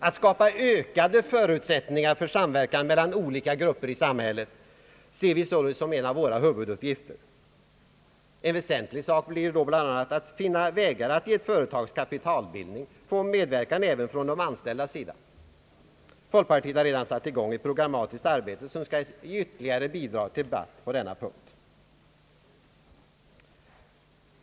Att skapa ökade förutsättningar för samverkan mellan olika grupper i samhället ser vi således som en av våra huvuduppgifter. En väsentlig sak blir då att finna nya vägar att i ett företag utveckla medverkan även från de anställdas sida i kapitalbildningen. Folkpartiet har redan satt i gång ett programmatiskt arbete som skall bidra till ytterligare debatt på denna punkt.